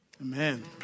Amen